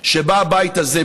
שבה הבית הזה,